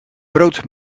brood